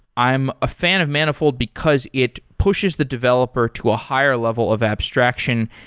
i'm a fan of manifold because it pushes the developer to a higher level of abstraction,